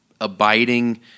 abiding